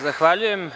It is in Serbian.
Zahvaljujem.